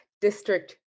district